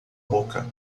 boca